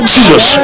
Jesus